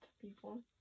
people